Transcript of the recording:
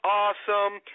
awesome